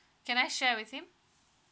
can I share with him